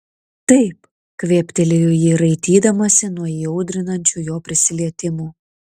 taip kvėptelėjo ji raitydamasi nuo įaudrinančių jo prisilietimų